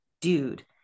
dude